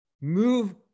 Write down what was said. move